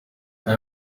aya